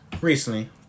recently